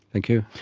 thank you.